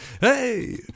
Hey